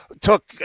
took